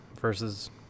versus